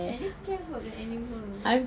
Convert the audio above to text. I just scared for the animals